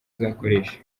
izakoresha